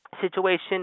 situation